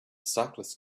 cyclist